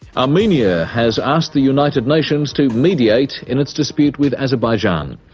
armenia has asked the united nations to mediate in its dispute with azerbaijan.